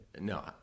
no